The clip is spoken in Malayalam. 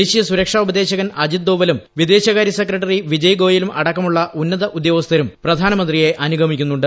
ദേശീയ സുരക്ഷാ ഉപദേശകൻ അജിത് ദോവലും വിദേശകാരൃ സെക്രട്ടറി വിജയ്ഗോയലും അടക്കമുള്ള ഉന്നത ഉദ്യോഗസ്ഥരും പ്രധാനമന്ത്രിയെ അനുഗമിക്കുന്നുണ്ട്